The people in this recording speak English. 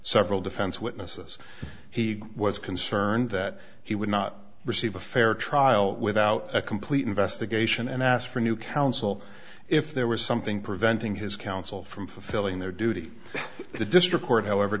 several defense witnesses he was concerned that he would not receive a fair trial without a complete investigation and asked for new counsel if there was something preventing his counsel from fulfilling their duty to the district court however